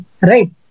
right